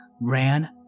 ran